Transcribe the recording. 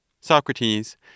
Socrates